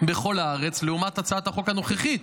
בכל הארץ, לעומת הצעת החוק הנוכחית,